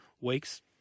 weeks